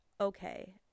okay